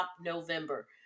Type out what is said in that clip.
November